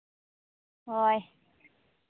ᱦᱳᱭ